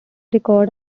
records